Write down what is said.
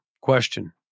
Question